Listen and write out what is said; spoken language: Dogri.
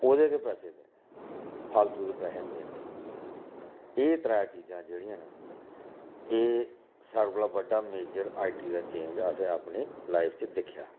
ओह्दे गै पैसे देने फालतू दे पैहे निं देने एह् त्रै चीजां जेह्ड़ियां न एह् सारे कोला बड्डा मेजर आईटी दा चेंज ऐ असें अपनी लाइफ च दिक्खेआ